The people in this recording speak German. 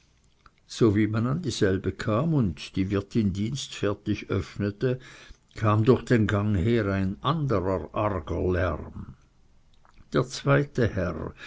so wie man an dieselbe kam und die wirtin dienstfertig öffnete kam durch den gang her ein anderer arger lärm der zweite herr